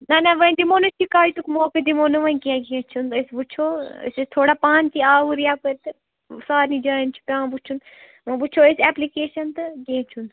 نَہ نَہ وۄنۍ دِمو نہٕ شِکایتُک موقعہٕ دِمو نہٕ وۄنۍ کیٚنٛہہ کیٚنٛہہ چھُنہٕ أسۍ وٕچھو أسۍ ٲسۍ تھوڑا پانہٕ تہِ آوُر یَپٲرۍ تہٕ سارنی جایَن چھِ پٮ۪وان وٕچھُن وَ وٕچھو أسۍ اٮ۪پلِکیشَن تہٕ کیٚنٛہہ چھُنہٕ